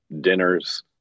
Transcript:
dinners